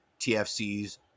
TFC's